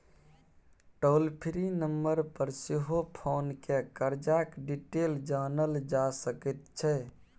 टोल free number पर सेहो phone कए करजाक डिटेल जानल जा सकै छै